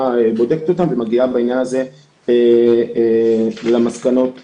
בודקת אותן ומגיעה בעניין הזה למסקנות שלה.